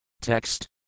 Text